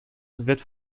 wird